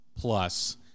plus